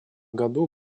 году